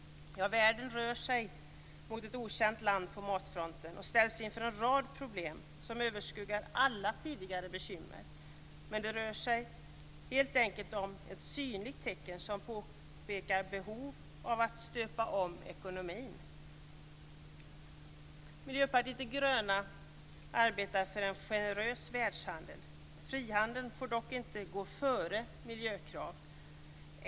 Världen rör sig mot ett okänt land på matfronten och ställs inför en rad problem som överskuggar alla tidigare bekymmer. Det rör sig helt enkelt om ett synligt tecken som pekar på behov av att stöpa om ekonomin. Miljöpartiet de gröna arbetar för en generös världshandel. Frihandel får dock inte gå före miljökrav.